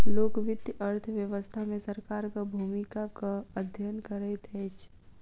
लोक वित्त अर्थ व्यवस्था मे सरकारक भूमिकाक अध्ययन करैत अछि